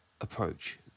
approach